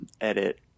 edit